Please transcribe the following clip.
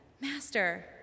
Master